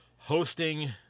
Hosting